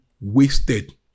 wasted